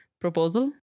proposal